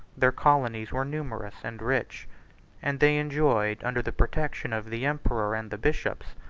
their colonies were numerous and rich and they enjoyed, under the protection of the emperor and the bishops,